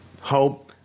hope